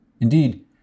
Indeed